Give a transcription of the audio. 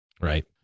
Right